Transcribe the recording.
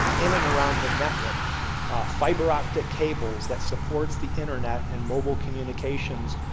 in and around the network fiber optic cables that supports the internet, and mobile communications,